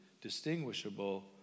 Distinguishable